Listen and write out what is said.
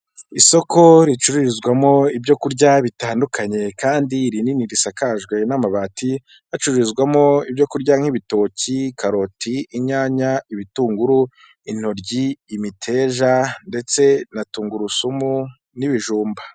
Isoko ricururizwamo ibyokurya bitandukanye kandi rinini risakajwe n'amabati, hacururizwamo ibyorya nk'ibitok,i karoti, inyanya, ibitunguru, intoryi, imiteja, ndetse na tungurusumu n'ibijumba.